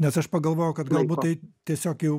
nes aš pagalvojau kad galbūt tai tiesiog jau